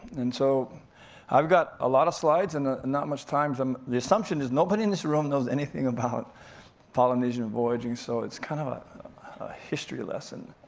and so i've got a lot of slides and not much time. um the assumption is nobody in this room knows anything about polynesian voyaging, so it's kind of a history lesson.